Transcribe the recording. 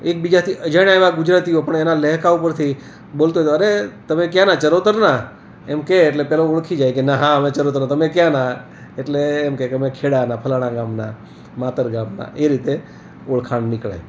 એકબીજાથી અજાણ્યા એવા ગુજરાતીઓ પણ એના લહેકા ઉપરથી બોલતો અરે તમે ક્યાંના ચરોતરના એમ કે એટલે પેલો ઓળખી જાય કે ના હા અમે ચરોતરના તમે ક્યાંના એટલે એમ કે કે અમે ખેડાના ફલાણા ગામના માતર ગામના એ રીતે ઓળખાણ નીકળે